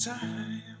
time